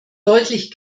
deutlich